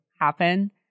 happen